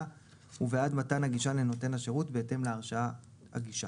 ובעד מתן הגישה לנותן השירות בהתאם להרשאת הגישה.